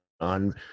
on